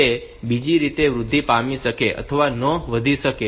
તે બીજી રીતે વૃદ્ધિ પામી પણ શકે અથવા ન પણ વધી શકે